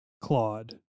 Claude